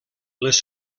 les